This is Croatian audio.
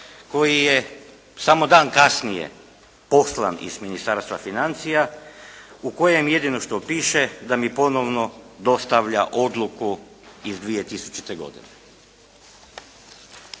koji je samo dan kasnije poslan iz Ministarstva financija u kojem jedino što piše da mi ponovno dostavlja Odluku iz 2000. godine.